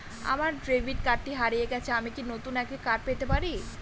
আমার ডেবিট কার্ডটি হারিয়ে গেছে আমি কি নতুন একটি কার্ড পেতে পারি?